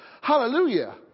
Hallelujah